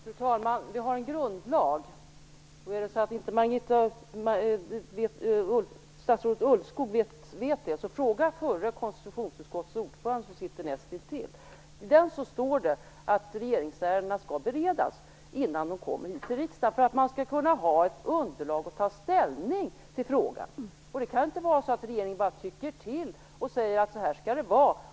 Fru talman! Vi har en grundlag. Om inte Marita Ulvskog vet det, kan hon fråga konstitutionsutskottets förre ordförande som sitter näst intill henne här i kammaren.I grundlagen står det att regeringsärendena skall beredas innan de kommer till riksdagen så att man har ett underlag när man tar ställning till frågan. Regeringen kan inte bara tycka till och säga: Så här skall det vara.